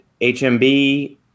HMB